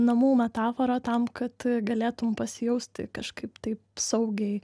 namų metaforą tam kad galėtum pasijausti kažkaip taip saugiai